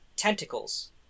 Tentacles